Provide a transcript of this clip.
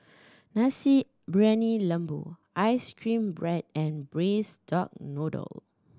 Nasi Briyani Lembu ice cream bread and Braised Duck Noodle